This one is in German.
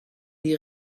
die